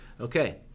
Okay